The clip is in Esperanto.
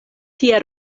tie